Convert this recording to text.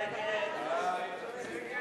ההצעה להסיר מסדר-היום